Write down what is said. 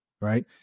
right